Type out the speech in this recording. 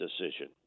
decision